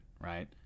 right